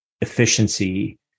efficiency